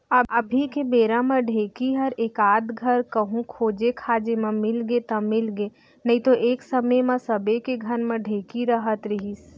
अभी के बेरा म ढेंकी हर एकाध धर कहूँ खोजे खाजे म मिलगे त मिलगे नइतो एक समे म सबे के घर म ढेंकी रहत रहिस